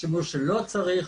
שימוש שלא צריך,